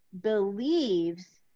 believes